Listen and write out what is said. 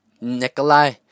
Nikolai